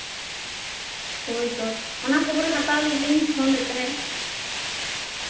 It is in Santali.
ᱦᱳᱭ ᱛᱚ ᱚᱱᱟ ᱠᱷᱚᱵᱚᱨ ᱦᱟᱛᱟᱣ ᱞᱟᱹᱜᱤᱫ ᱜᱮᱞᱤᱧ ᱯᱷᱳᱱ ᱞᱮᱫ ᱛᱟᱦᱮᱸᱜ